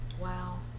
Wow